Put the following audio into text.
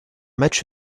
match